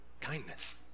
kindness